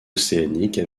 océanique